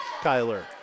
Kyler